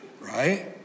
right